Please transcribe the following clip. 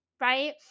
right